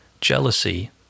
Jealousy